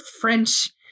french